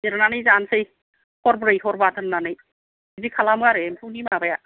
जेरनानै जानोसै हरब्रै हरबा दोननानै बिदि खालामो आरो एम्फौनि माबाया